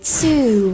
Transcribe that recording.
two